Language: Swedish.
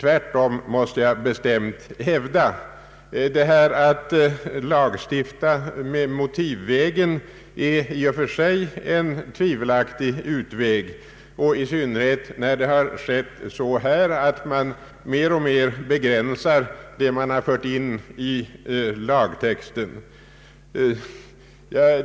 Jag måste tvärtom bestämt hävda att utvägen att lagstifta motivmässigt i och för sig är ganska tvivelaktig i synnerhet om det har skett på det sättet att man mer och mer begränsat det som förs in i lagtexten.